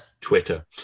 Twitter